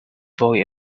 boy